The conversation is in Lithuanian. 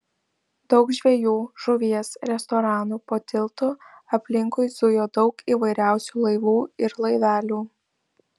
daug žvejų žuvies restoranų po tiltu aplinkui zujo daug įvairiausių laivų ir laivelių